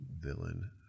Villain